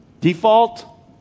default